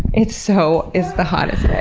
it so is the hottest day.